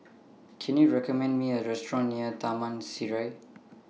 Can YOU recommend Me A Restaurant near Taman Sireh